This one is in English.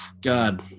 God